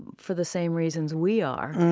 for the same reasons we are